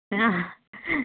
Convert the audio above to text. ಹಾಂ